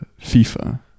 FIFA